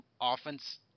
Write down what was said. offense